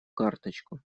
карточку